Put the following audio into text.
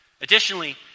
Additionally